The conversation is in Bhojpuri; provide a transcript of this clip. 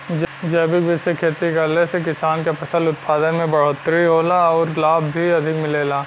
जैविक विधि से खेती करले से किसान के फसल उत्पादन में बढ़ोतरी होला आउर लाभ भी अधिक मिलेला